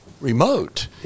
remote